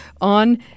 on